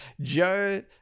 Joe